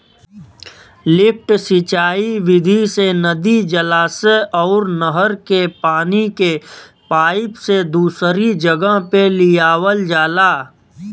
lift सिंचाई विधि से नदी, जलाशय अउर नहर के पानी के पाईप से दूसरी जगह पे लियावल जाला